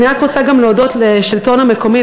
אני רק רוצה להודות גם לשלטון המקומי,